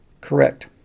correct